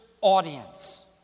audience